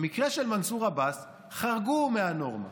במקרה של מנסור עבאס חרגו מהנורמה,